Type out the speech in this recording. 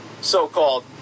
so-called